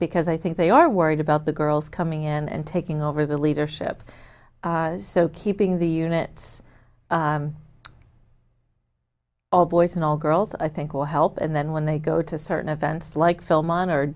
because i think they are worried about the girls coming in and taking over the leadership so keeping the units all boys and all girls i think will help and then when they go to certain events like film honor